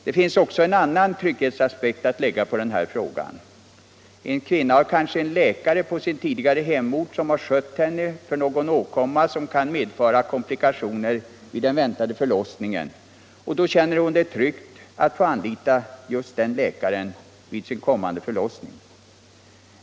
Det finns också en annan trygghetsaspekt att lägga på denna fråga. En kvinna har kanske en läkare på sin tidigare hemort, som har skött henne för någon åkomma som kan medföra komplikationer vid den väntade förlossningen, och då känner hon det tryggt att få anlita den läkaren vid den kommande förlossningen.